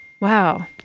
Wow